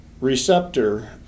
receptor